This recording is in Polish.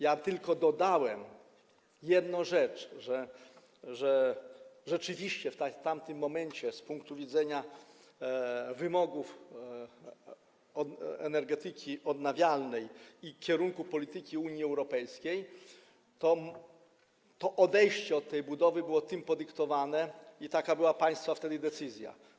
Ja tylko dodałem jedną rzecz, mianowicie że rzeczywiście w tamtym momencie z punktu widzenia wymogów energetyki odnawialnej i kierunku polityki Unii Europejskiej odejście od tej budowy było tym podyktowane i taka była wtedy państwa decyzja.